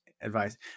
advice